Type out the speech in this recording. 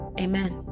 Amen